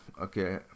okay